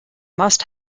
must